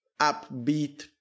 upbeat